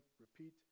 repeat